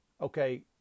Okay